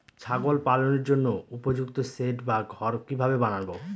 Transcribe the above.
ছাগল পালনের জন্য উপযুক্ত সেড বা ঘর কিভাবে বানাবো?